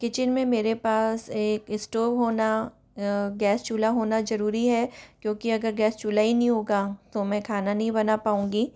kitchen में मेरे पास एक स्टोव होना गैस चूल्हा होना जरूरी है क्योंकि अगर गैस चूल्हा ही नहीं होगा तो मैं खाना नहीं बना पाऊंगी